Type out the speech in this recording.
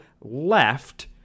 left